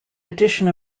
edition